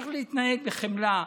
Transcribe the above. צריך להתנהג בחמלה,